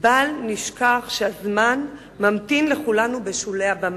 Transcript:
בל נשכח שהזמן ממתין לכולנו בשולי הבמה.